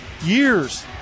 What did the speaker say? years